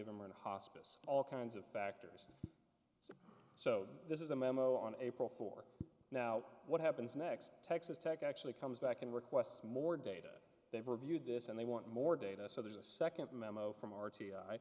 them are in hospice all kinds of factors so this is a memo on april for now what happens next texas tech actually comes back and requests more data they've reviewed this and they want more data so there's a second memo from